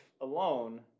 alone